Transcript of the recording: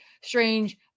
strange